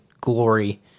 glory